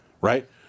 right